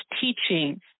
teaching